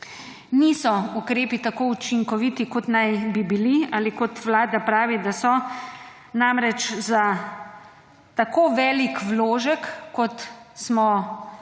niso ukrepi tako učinkoviti kot naj bi bili ali kot vlada pravi, da so. Namreč, za tako velik vložek kot je Vlada